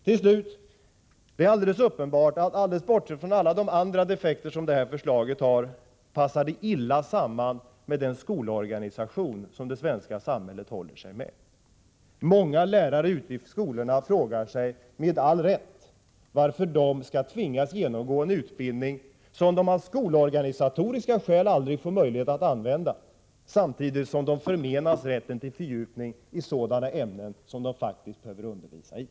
Till slut: Det är alldeles uppenbart att bortsett från alla de andra defekter som förslaget har passar det illa samman med den skolorganisation som det svenska samhället håller sig med. Många lärare ute i skolorna frågar sig, med all rätt, varför de skall tvingas genomgå en utbildning som de av skolorganisatoriska skäl aldrig får möjlighet att använda, samtidigt som de förmenas rätten till fördjupning i sådana ämnen som de faktiskt vill och behöver undervisa i.